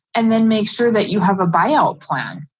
and then make sure that you have a buyout plan.